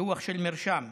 דוח של ארגון מרשם,